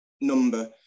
number